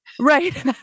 Right